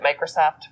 Microsoft